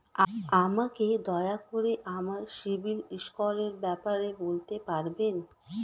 আমাকে দয়া করে আমার সিবিল স্কোরের ব্যাপারে বলতে পারবেন?